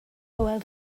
hywel